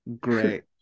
great